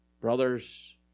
Brothers